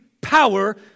power